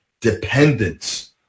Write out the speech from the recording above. dependence